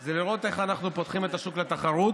זה לראות איך אנחנו פותחים את השוק לתחרות.